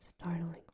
startling